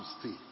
stay